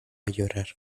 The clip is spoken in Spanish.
llorar